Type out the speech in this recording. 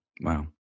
Wow